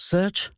Search